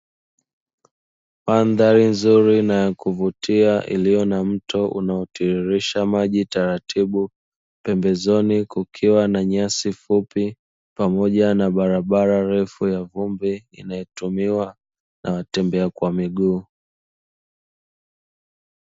Mandhari nzuri na ya kuvutia iliyo na mto unaotiririmsha maji taratibu, pembezoni kukiwa na nyasi fupi pamoja na barabara refu ya vumbi inayotumiwa na watembea kwa miguu.